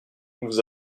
vous